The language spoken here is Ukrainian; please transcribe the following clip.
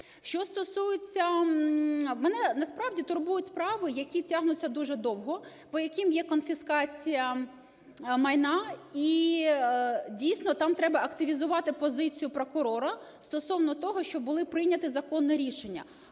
Що стосується... Мене насправді турбують справи, які тягнуться дуже довго, по яким є конфіскація майна і, дійсно, там треба активізувати позицію прокурора стосовно того, що було прийняте законне рішення,